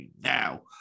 now